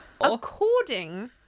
According